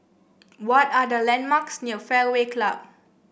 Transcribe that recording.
what are the landmarks near Fairway Club